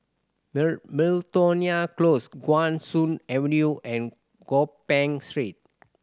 Miltonia Close Guan Soon Avenue and Gopeng Street